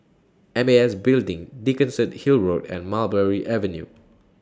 M A S Building Dickenson Hill Road and Mulberry Avenue